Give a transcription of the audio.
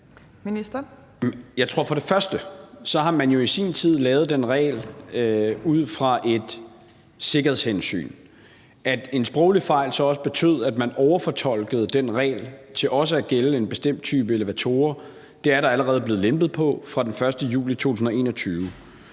for det første, at man i sin tid har lavet den regel ud fra et sikkerhedshensyn. Det, at en sproglig fejl så også betød, at man overfortolkede den regel til også at gælde en bestemt type elevatorer, er der allerede blevet lempet på fra den 1. juli 2021.